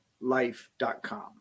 life.com